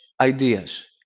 ideas